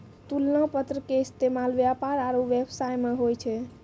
तुलना पत्र के इस्तेमाल व्यापार आरु व्यवसाय मे होय छै